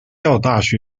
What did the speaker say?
大学